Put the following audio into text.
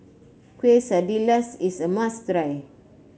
quesadillas is a must try